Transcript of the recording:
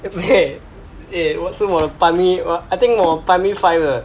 eh eh 是我的 primary I think 我的 primary five 的